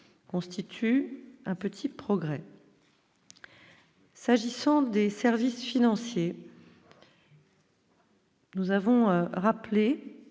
constitue un petit progrès, s'agissant des services financiers. Nous avons rappelé